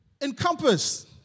encompass